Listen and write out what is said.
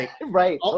right